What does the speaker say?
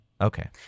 okay